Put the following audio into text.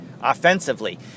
offensively